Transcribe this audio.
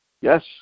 Yes